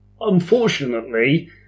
unfortunately